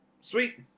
sweet